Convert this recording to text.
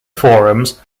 forums